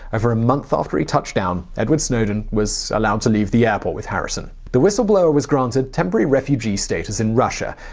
over a month after he touched down, edward snowden was allowed to leave sheremetyevo airport with harrison. the whistleblower was granted temporary refugee status in russia.